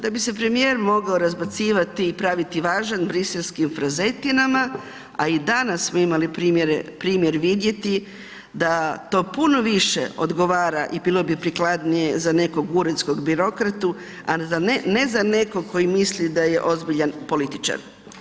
Da bi se premijer mogao razbacivati i praviti važan briselskim frazetinama a i danas smo imali primjer vidjeti da to puno više odgovara i bilo bi prikladnije za nekog uredskog birokratu a ne za nekog tko misli da je ozbiljan političar.